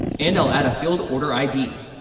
and i'll add a field order id.